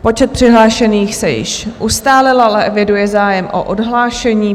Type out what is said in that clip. Počet přihlášených se již ustálil, ale eviduji zájem o odhlášení.